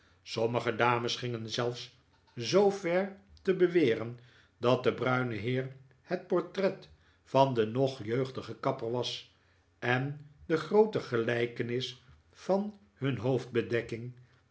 sommige dames gingen zelfs zoo ver te beweren dat de bruine heer het portret van den nog jeugdigen kapper was en de groote gelijkenis van hun